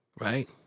Right